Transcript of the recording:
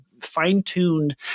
fine-tuned